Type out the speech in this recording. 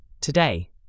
Today